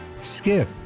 skip